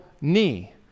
knee